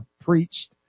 preached